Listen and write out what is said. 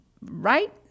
right